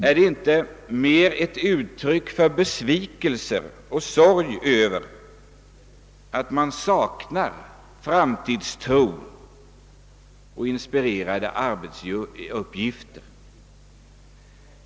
Är den inte mera ett uttryck för besvikelse och sorg över att man saknar framtidstro och inspirerande arbetsuppgifter?